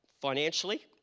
financially